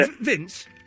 Vince